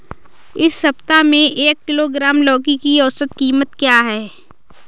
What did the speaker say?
इस सप्ताह में एक किलोग्राम लौकी की औसत कीमत क्या है?